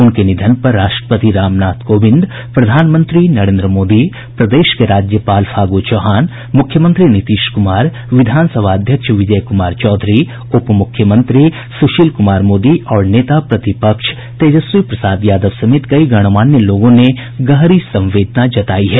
उनके निधन पर राष्ट्रपति रामनाथ कोविड प्रधानमंत्री नरेन्द्र मोदी प्रदेश के राज्यपाल फागू चौहान मुख्यमंत्री नीतीश कुमार विधानसभा अध्यक्ष विजय कुमार चौधरी उप मुख्यमंत्री सुशील कुमार मोदी और नेता प्रतिपक्ष तेजस्वी प्रसाद यादव समेत कई गणमान्य लोगों ने गहरी संवेदना जतायी है